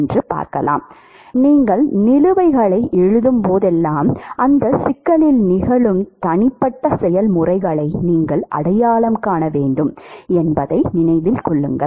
எனவே நீங்கள் நிலுவைகளை எழுதும் போதெல்லாம் அந்த சிக்கலில் நிகழும் தனிப்பட்ட செயல்முறைகளை நீங்கள் அடையாளம் காண வேண்டும் என்பதை நினைவில் கொள்ளுங்கள்